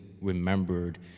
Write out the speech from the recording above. remembered